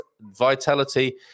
vitality